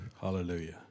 Hallelujah